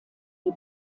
die